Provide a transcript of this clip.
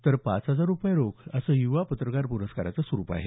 तर पाच हजार रुपये रोख असं युवा पत्रकार पुरस्काराचं स्वरुप आहे